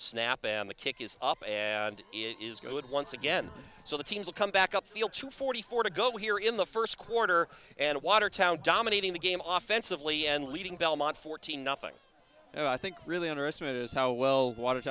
snap and the kick is up and it is good once again so the team will come back up field to forty four to go here in the first quarter and watertown dominating the game off sensibly and leading belmont fourteen nothing and i think really underestimate is how well water